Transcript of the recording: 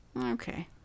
Okay